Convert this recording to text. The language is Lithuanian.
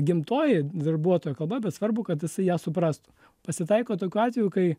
gimtoji darbuotojo kalba bet svarbu kad jisai ją suprastų pasitaiko tokių atvejų kai